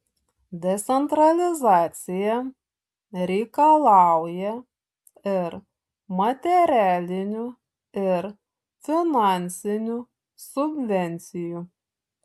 decentralizacija reikalauja ir materialinių ir finansinių subvencijų